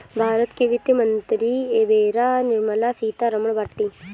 भारत के वित्त मंत्री एबेरा निर्मला सीता रमण बाटी